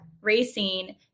racing